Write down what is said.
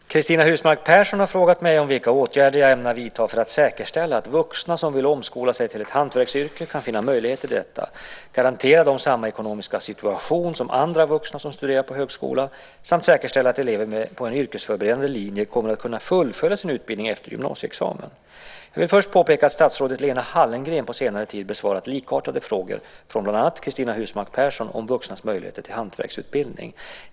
Fru talman! Cristina Husmark Pehrsson har frågat mig om vilka åtgärder jag ämnar vidta för att säkerställa att vuxna som vill omskola sig till ett hantverksyrke kan finna möjligheter till detta, garantera dem samma ekonomiska situation som andra vuxna som studerar på högskola samt säkerställa att elever på en yrkesförberedande linje kommer att kunna fullfölja sin utbildning efter gymnasieexamen. Jag vill först påpeka att statsrådet Lena Hallengren på senare tid besvarat likartade frågor från bland annat Cristina Husmark Pehrsson om vuxnas möjligheter till hantverksutbildning.